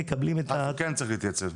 אז הוא כן צריך להתייצב.